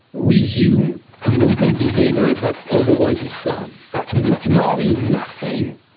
resume a movement behavior that otherwise is gone that not only nothing